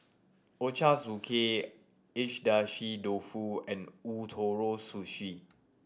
Ochazuke Age dashi dofu and Ootoro Sushi